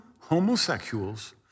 homosexuals